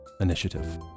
initiative